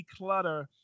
declutter